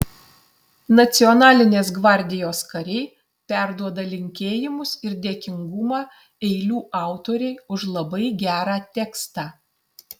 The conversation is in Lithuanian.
nacionalinės gvardijos kariai perduoda linkėjimus ir dėkingumą eilių autorei už labai gerą tekstą